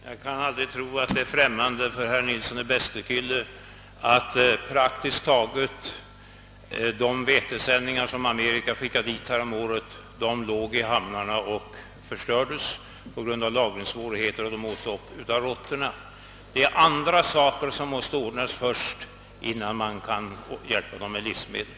Herr talman! Jag kan aldrig tro att det är främmande för herr Nilsson i Bästekille att de vetesändningar som Amerika häromåret skickade till Indien fick ligga i hamnarna och förstöras, dels på grund av lagringssvårigheter och dels genom angrepp av råttor. Det är många saker som måste ordnas först, innan man framgångsrikt kan hjälpa människorna i u-länderna med livsmedel!